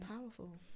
powerful